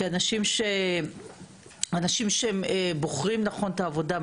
כי אנשים שבוחרים נכון את העבודה,